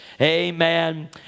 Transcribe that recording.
Amen